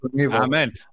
Amen